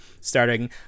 starting